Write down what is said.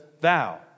Thou